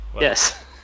Yes